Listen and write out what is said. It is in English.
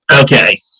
Okay